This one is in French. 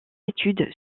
études